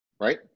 right